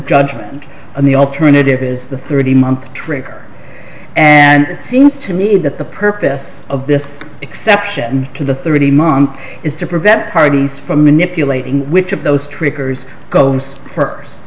judgment on the alternative is the thirty month trick and it seems to me that the purpose of this exception to the thirty months is to prevent parties from manipulating which of those triggers goes f